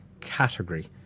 category